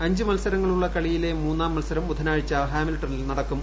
അഞ്ച് മത്സരങ്ങളുള്ള കളിയില്ലെടുമുന്നാം മത്സരം ബുധനാഴ്ച ഹാമിൽട്ടണിൽ നടക്കും